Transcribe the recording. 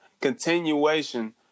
continuation